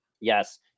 yes